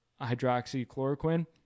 hydroxychloroquine